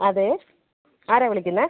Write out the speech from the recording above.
അതേ ആരാണ് വിളിക്കുന്നത്